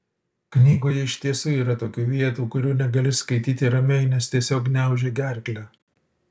knygoje iš tiesų yra tokių vietų kurių negali skaityti ramiai nes tiesiog gniaužia gerklę